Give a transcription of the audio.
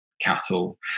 cattle